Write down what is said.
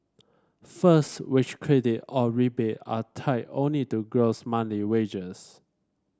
first wage credit or rebate are tied only to gross monthly wages